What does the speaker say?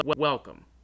Welcome